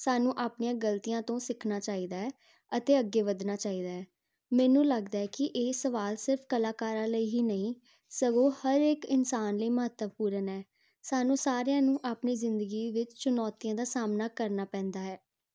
ਸਾਨੂੰ ਆਪਣੀਆਂ ਗਲਤੀਆਂ ਤੋਂ ਸਿੱਖਣਾ ਚਾਹੀਦਾ ਹੈ ਅਤੇ ਅੱਗੇ ਵਧਣਾ ਚਾਹੀਦਾ ਹੈ ਮੈਨੂੰ ਲੱਗਦਾ ਹੈ ਕਿ ਇਹ ਸਵਾਲ ਸਿਰਫ ਕਲਾਕਾਰਾਂ ਲਈ ਹੀ ਨਹੀਂ ਸਗੋਂ ਹਰ ਇੱਕ ਇਨਸਾਨ ਲਈ ਮਹੱਤਵਪੂਰਨ ਹੈ ਸਾਨੂੰ ਸਾਰਿਆਂ ਨੂੰ ਆਪਣੀ ਜ਼ਿੰਦਗੀ ਵਿੱਚ ਚੁਨੌਤੀਆਂ ਦਾ ਸਾਹਮਣਾ ਕਰਨਾ ਪੈਂਦਾ ਹੈ